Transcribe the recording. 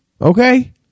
okay